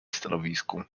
stanowisku